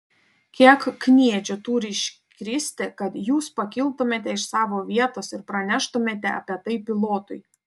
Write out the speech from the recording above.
kiek kniedžių turi iškristi kad jūs pakiltumėte iš savo vietos ir praneštumėte apie tai pilotui